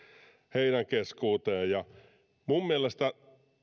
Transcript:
heidän keskuuteensa minun mielestäni